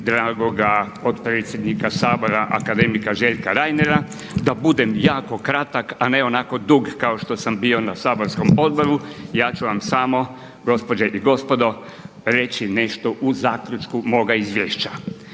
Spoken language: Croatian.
dragog potpredsjednika Sabora, akademika Željka Reinera, da budem jako kratak a ne onako dug kao što sam bio na saborskom odboru ja ću vam samo, gospođe i gospodo reći nešto u zaključku moga izvješća.